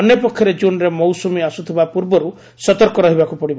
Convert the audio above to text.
ଅନ୍ୟପକ୍ଷରେ ଜୁନ୍ରେ ମୌସୁମୀ ଆସୁଥିବା ପୂର୍ବରୁ ସତର୍କ ରହିବାକୁ ପଡ଼ିବ